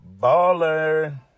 baller